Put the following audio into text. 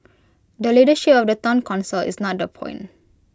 the leadership of the Town Council is not the point